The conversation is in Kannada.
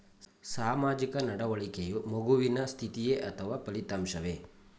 ಸಾಮಾಜಿಕ ನಡವಳಿಕೆಯು ಮಗುವಿನ ಸ್ಥಿತಿಯೇ ಅಥವಾ ಫಲಿತಾಂಶವೇ?